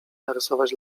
narysować